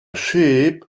sheep